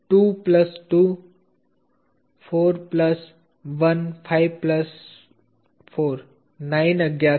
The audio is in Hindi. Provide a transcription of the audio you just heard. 2 प्लस 2 4 प्लस 1 5 प्लस 4 9 अज्ञात है